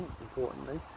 importantly